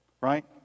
right